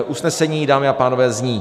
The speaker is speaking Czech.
Usnesení, dámy a pánové, zní: